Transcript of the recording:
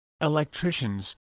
electricians